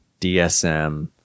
DSM